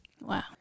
Wow